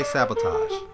Sabotage